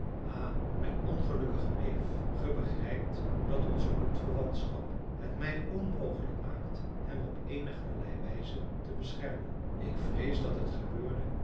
ha mijn ongelukkige neef ge begrijpt dat onze bloedverwantschap het mij onmogelijk maakt hem op eenigerlei wijze te beschermen ik vrees dat het gebeurde